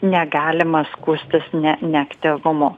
negalima skųstis ne neaktyvumu